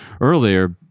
earlier